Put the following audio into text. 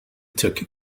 took